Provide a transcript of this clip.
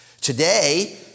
Today